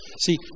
See